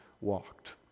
walked